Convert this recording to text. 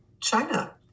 China